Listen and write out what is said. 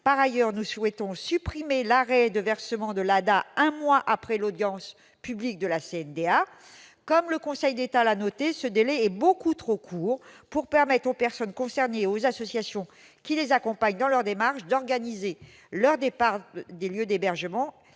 En outre, nous souhaitons supprimer l'arrêt du versement de l'ADA un mois après l'audience publique de la CNDA. Comme le Conseil d'État l'a noté, ce délai est beaucoup trop court pour permettre aux personnes concernées et aux associations qui les accompagnent dans leurs démarches d'organiser leur départ des lieux d'hébergement